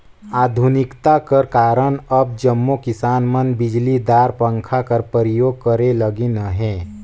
आधुनिकता कर कारन अब जम्मो किसान मन बिजलीदार पंखा कर परियोग करे लगिन अहे